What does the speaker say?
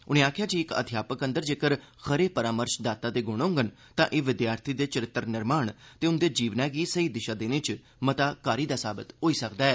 उनें आक्खेआ जे इक अध्यापक अंदर जेकर खरे परामर्शदाता दे गुण होन तां एह् विद्यार्थिएं दे चरित्र निर्माण ते उंदे जीवनै गी सेही दिशा देने च मता कारी दा साबत होई सकदा ऐ